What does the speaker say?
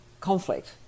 conflict